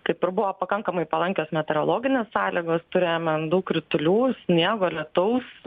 kaip ir buvo pakankamai palankios meteorologinės sąlygos turėjome daug kritulių sniego lietaus